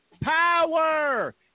power